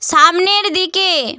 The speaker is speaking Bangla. সামনের দিকে